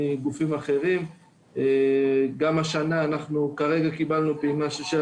אנחנו עובדים בשותפות מלאה יום יומית עם הזרוע.